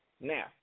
Now